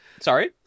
Sorry